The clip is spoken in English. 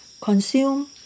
Consume